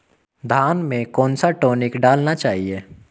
धान में कौन सा टॉनिक डालना चाहिए?